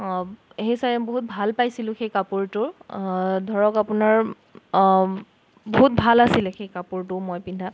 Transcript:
অঁ সেই চাই বহুত ভাল পাইছিলোঁ সেই কাপোৰটো ধৰক আপোনাৰ বহুত ভাল আছিলে সেই কাপোৰটোও মই পিন্ধা